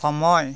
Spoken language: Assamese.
সময়